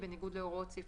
בניגוד להוראות סעיף